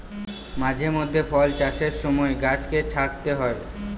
মাঝে মধ্যে ফল চাষের সময় গাছকে ছাঁটতে হয়